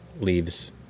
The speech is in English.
leaves